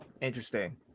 Interesting